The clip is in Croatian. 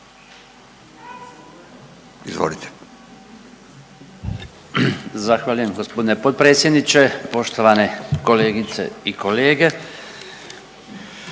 (HDZ)** Zahvaljujem g. potpredsjedniče, poštovane kolegice i kolege.